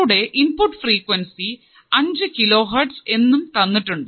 കൂടെ input frequency അഞ്ചു kilo hertz എന്നും തന്നിട്ടുണ്ട്